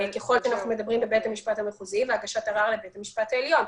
ככל שאנחנו מדברים בבית המשפט המחוזי והגשת ערר לבית משפט עליון.